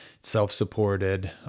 self-supported